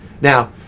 Now